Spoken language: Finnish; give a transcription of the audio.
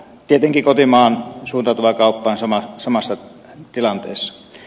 tietenkin kotimaahan suuntautuva kauppa on samassa tilanteessa